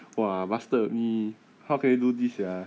!wah! bastard me how can you do this sia